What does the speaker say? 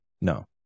No